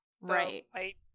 right